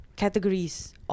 Categories